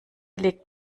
legt